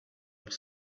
was